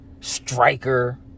Striker